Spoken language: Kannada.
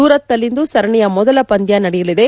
ಸೂರತ್ನಲ್ಲಿ ಇಂದು ಸರಣಿಯ ಮೊದಲ ಪಂದ್ಯ ನಡೆಯಲಿದೆ